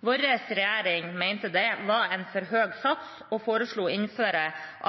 Vår regjering mente det var en for høy sats og foreslo å innføre